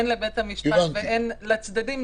הן לבית המשפט והן לצדדים,